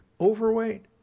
overweight